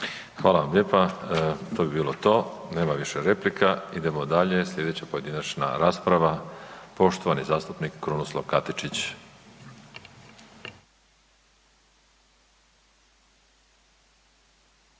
Hvala vam lijepa, to bi bilo to, nema više replika. Idemo dalje, slijedeća pojedinačna rasprava, poštovani zastupnik Krunoslav Katičić.